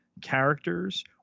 characters